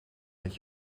met